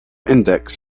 index